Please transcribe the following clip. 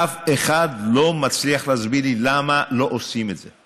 אף אחד לא מצליח להסביר לי למה לא עושים את זה.